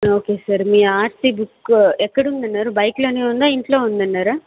okay sir మీ RC book ఎక్కడుందన్నారు బైక్లోనే ఉందా ఇంట్లో ఉందన్నారా